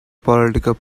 political